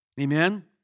Amen